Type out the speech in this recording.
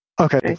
okay